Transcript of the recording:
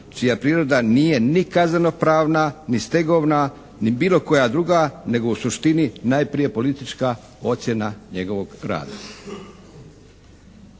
čija priroda nije ni kazneno-pravna, ni stegovna, ni bilo koja druga, nego u suštini najprije politička ocjena njegovog rada.